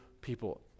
people